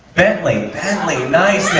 bentley, bentley. nice, man.